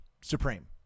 supreme